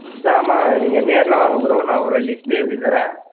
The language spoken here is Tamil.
ஜாமான் நீங்கள் நேரில் வாங்க ப்ரோ நான் ஒரு லிஸ்ட் எழுதித் தரேன்